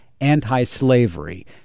anti-slavery